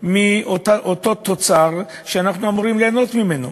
מאותו תוצר שאנחנו אמורים ליהנות ממנו.